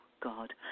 God